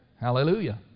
Hallelujah